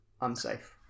Unsafe